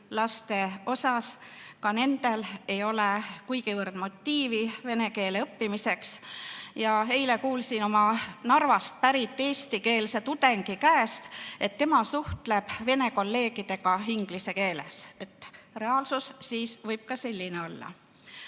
laste puhul. Nendel ei ole kuigivõrd motiivi vene keele õppimiseks. Ja eile kuulsin oma Narvast pärit eestikeelse tudengi käest, et tema suhtleb vene kolleegidega inglise keeles. Reaalsus võib ka selline olla.